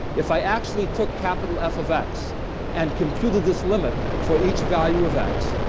if i actually took capital f of x and computed this limit for each value of x,